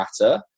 matter